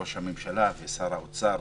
שראש הממשלה ושר האוצר